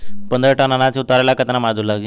पन्द्रह टन अनाज उतारे ला केतना मजदूर लागी?